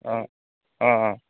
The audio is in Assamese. অঁ অঁ অঁ